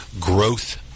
growth